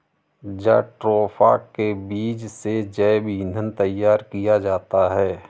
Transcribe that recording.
jatropha के बीज से जैव ईंधन तैयार किया जाता है